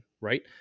right